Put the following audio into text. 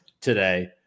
today